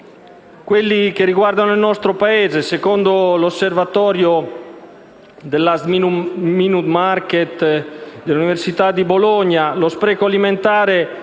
che riguardano il nostro Paese. Secondo l'osservatorio Last minute market, dell'Università di Bologna, lo spreco alimentare